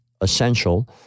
essential